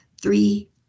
three